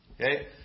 Okay